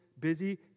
busy